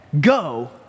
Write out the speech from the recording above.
go